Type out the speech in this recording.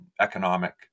economic